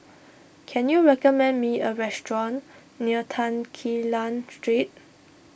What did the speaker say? can you recommend me a restaurant near Tan Quee Lan Street